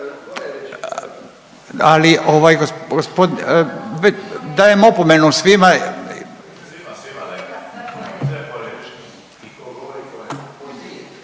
ovaj gospodin, dajem opomenu svima.